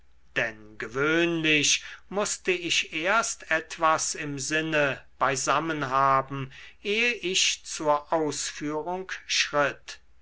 denn gewöhnlich mußte ich erst etwas im sinne beisammen haben eh ich zur ausführung schritt